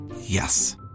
Yes